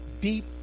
deep